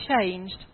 changed